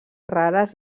rares